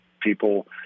people